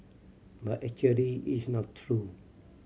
but actually it's not true